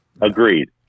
Agreed